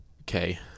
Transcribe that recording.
Okay